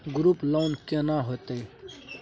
Group loan केना होतै?